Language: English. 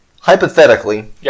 Hypothetically